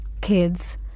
kids